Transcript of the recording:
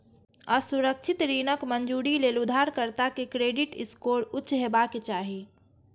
असुरक्षित ऋणक मंजूरी लेल उधारकर्ता के क्रेडिट स्कोर उच्च हेबाक चाही